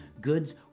Goods